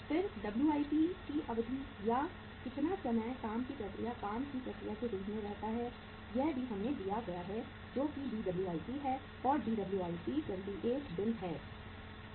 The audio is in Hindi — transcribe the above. फिर WIP की अवधि या कितना समय काम की प्रक्रिया काम की प्रक्रिया के रूप में रहता है यह भी हमें दिया गया है जो कि DWIP है और DWIP 28 दिन है